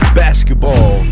basketball